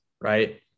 right